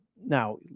Now